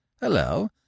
Hello